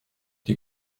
die